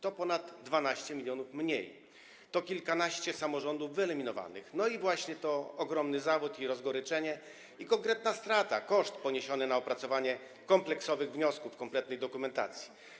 To o ponad 12 mln mniej, to kilkanaście samorządów wyeliminowanych i właśnie ogromny zawód i rozgoryczenie oraz konkretna strata - koszt poniesiony na opracowanie kompleksowych wniosków, kompletnych dokumentacji.